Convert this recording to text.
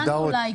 הודעות.